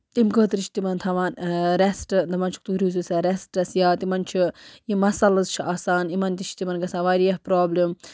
تَمہِ خٲطرٕ چھِ تِمَن تھاوان ریسٹ دَپان چھِکھ تُہۍ روٗزِو سا ریسٹس یا تِمَن چھُ یِم مَسلٕز چھِ آسان یِمَن تہِ چھُ تِمَن گَژھان واریاہ پرابلم